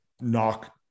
knock